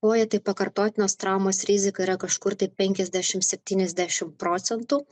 koją tai pakartotinos traumos rizika yra kažkur tai penkiasdešim septyniasdešim procentų